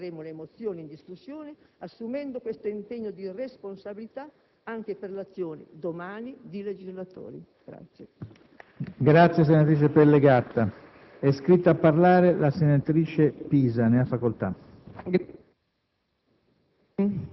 Noi oggi sosterremo le mozioni in discussione, assumendo questo impegno di responsabilità anche per l'azione, domani, di legislatori.